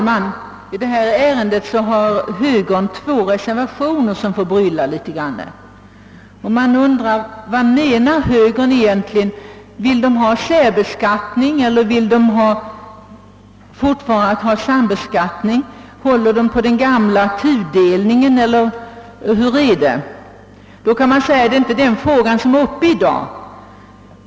Herr talman! Högerledamöterna har som verkar en smula förbryllande. Man undrar: Vad menar egentligen högermännen? Vill de ha särbeskattning eller vill de fortfarande ha sambeskattning? Håller de på den gamla tudelningen eller hur är det? Någon invänder kanske att detta inte är frågor som nu skall behandlas.